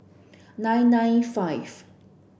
nine nine five